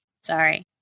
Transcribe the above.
Sorry